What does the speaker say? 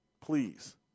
Please